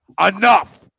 Enough